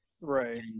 right